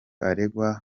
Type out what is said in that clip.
aregwa